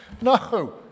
No